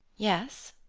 yes?